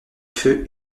feu